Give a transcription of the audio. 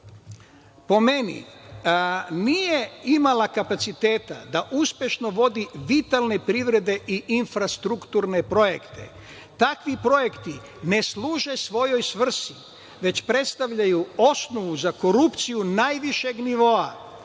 po meni nije imala kapaciteta da uspešno vodi vitalnu privredu i infrastrukturne projekte. Takvi projekti ne služe svojoj svrsi već predstavljaju osnovu za korupciju najvišeg nivoa,